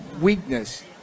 weakness